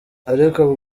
ariko